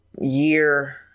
year